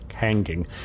Hanging